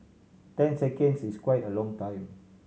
ten seconds is quite a long time